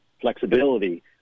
flexibility